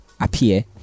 appear